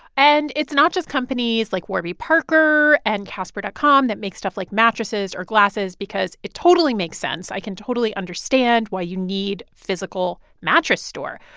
and it's not just companies like warby parker and casper dot com that make stuff like mattresses or glasses because it totally makes sense. i can totally understand why you need physical mattress store.